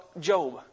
Job